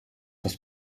das